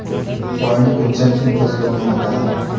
पर्ण कुंचन किन फसलों में होता है?